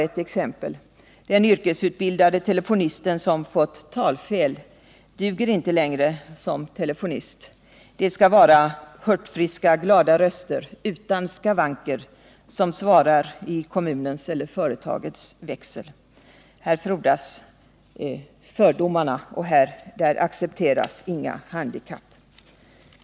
Ett exempel: Den yrkesutbildade telefonisten som fått talfel duger inte längre som telefonist. Det skall vara hurtfriska glada röster utan skavanker som svarar i kommunens eller företagets växel. Där accepteras inga handikapp.